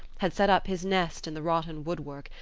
had set up his nest in the rotten woodwork,